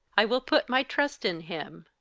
i will put my trust in him.